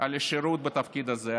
על השירות בתפקיד הזה.